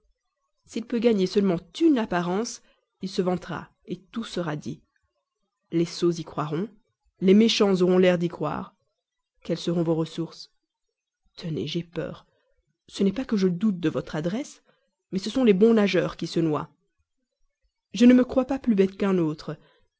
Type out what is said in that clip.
s'il peut gagner seulement une apparence il se vantera tout sera dit les sots y croiront les méchants auront l'air d'y croire quelles seront vos ressources tenez j'ai peur ce n'est pas que je doute de votre adresse mais ce sont toujours les bons nageurs qui se noient je ne me crois pas plus bête qu'un autre